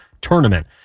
tournament